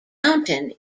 mountain